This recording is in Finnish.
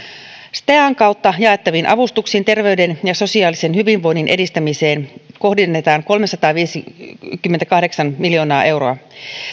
stean kautta jaettaviin avustuksiin terveyden ja sosiaalisen hyvinvoinnin edistämiseen kohdennetaan kolmesataaviisikymmentäkahdeksan miljoonaa euroa